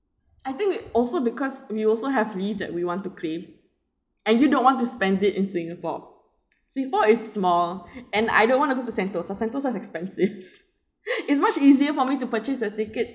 I think also because we also have leave that we want to claim and you don't want to spend it in singapore singapore is small and I don't want to go to sentosa sentosa is expensive its much easier for me to purchase a ticket